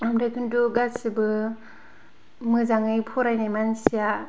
आं बि खिन्थु गासिबो मोजाङै फरायनाय मानसिया